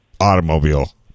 automobile